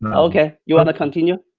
and okay, you wanna continue?